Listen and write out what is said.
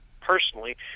Personally